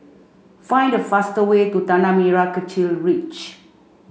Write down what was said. find the fastest way to Tanah Merah Kechil Ridge